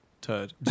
turd